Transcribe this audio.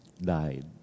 died